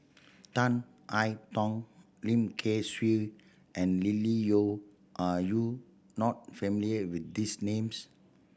Tan I Tong Lim Kay Siu and Lily Neo are you not familiar with these names